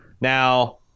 Now